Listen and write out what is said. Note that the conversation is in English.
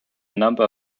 number